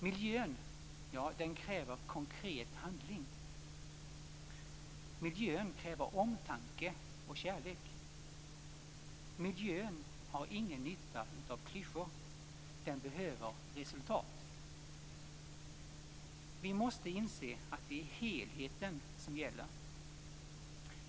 Miljön kräver konkret handling. Miljön kräver omtanke och kärlek. Miljön har ingen nytta av klyschor. Den behöver resultat. Vi måste inse att det är helheten som gäller.